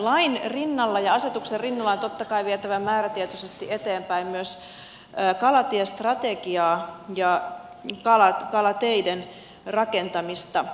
lain rinnalla ja asetuksen rinnalla on totta kai vietävä määrätietoisesti eteenpäin myös kalatiestrategiaa ja kalateiden kalaväylien rakentamista